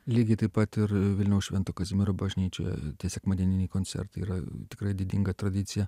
lygiai taip pat ir vilniaus švento kazimiero bažnyčioje tie sekmadieniniai koncertai yra tikrai didinga tradicija